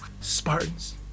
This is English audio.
Spartans